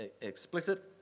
explicit